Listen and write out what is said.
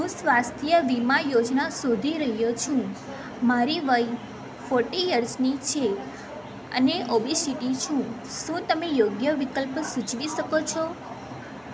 હું સ્વાસ્થ્ય વીમા યોજના શોધી રહ્યો છું મારી વય ફોર્ટી યર્સની છે અને ઓબીસીટી છું શું તમે યોગ્ય વિકલ્પ સૂચવી શકો છો